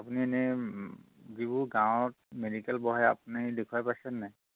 আপুনি এনেই যিবোৰ গাঁৱত মেডিকেল বহে আপুনি দেখুৱাই পাইছ নে নাই